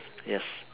yes